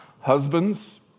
Husbands